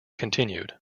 continued